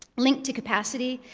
linked to capacity,